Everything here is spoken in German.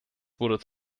wurde